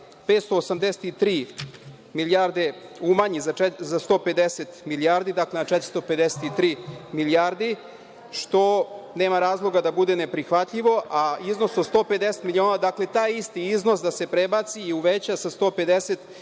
583 milijarde umanji za 150 milijardi, dakle na 453 milijardi, što nema razloga da bude neprihvatljivo, a iznos od 150 miliona, dakle taj isti iznos, da se prebaci i uveća sa 150 milijardi